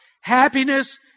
Happiness